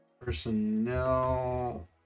personnel